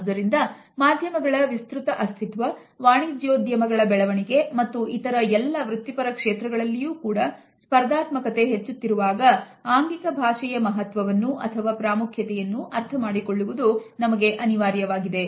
ಆದುದರಿಂದ ಮಾಧ್ಯಮಗಳ ವಿಸ್ತೃತ ಅಸ್ತಿತ್ವ ವಾಣಿಜ್ಯೋದ್ಯಮಗಳ ಬೆಳವಣಿಗೆ ಮತ್ತು ಇತರ ಎಲ್ಲ ವೃತ್ತಿಪರ ಕ್ಷೇತ್ರಗಳಲ್ಲಿಯೂ ಕೂಡ ಸ್ಪರ್ಧಾತ್ಮಕತೆ ಹೆಚ್ಚುತ್ತಿರುವಾಗ ಆಂಗಿಕ ಭಾಷೆಯ ಮಹತ್ವವನ್ನು ಅಥವಾ ಪ್ರಾಮುಖ್ಯತೆಯನ್ನು ಅರ್ಥಮಾಡಿಕೊಳ್ಳುವುದು ನಮಗೆ ಅನಿವಾರ್ಯವಾಗಿದೆ